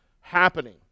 happening